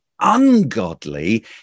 ungodly